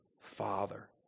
Father